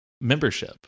Membership